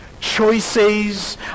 Choices